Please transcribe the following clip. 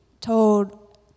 told